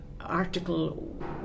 article